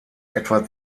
etwa